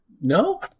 No